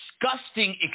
disgusting